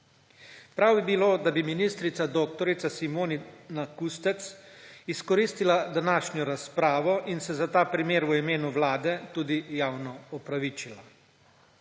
Prav bi bilo, da bi ministrica dr. Simona Kustec izkoristila današnjo razpravo in se za ta primer v imenu Vlade tudi javno opravičila.